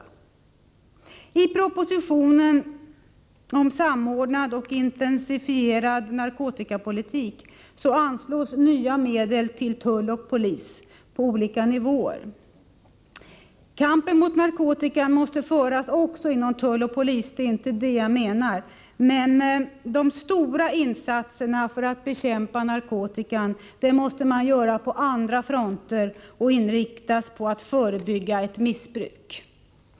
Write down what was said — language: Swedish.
I propositionen om samordnad och intensifierad narkotikapolitik anslås nya medel till tull och polis på olika nivåer. Kampen mot narkotikan måste föras också inom tulloch polisväsendet, men de stora insatserna för att bekämpa narkotikan måste göras på andra fronter och inriktas på att förebygga ett missbruk.